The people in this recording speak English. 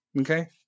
okay